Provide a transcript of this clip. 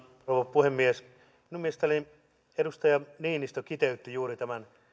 puhemies minun mielestäni edustaja niinistö kiteytti juuri tämän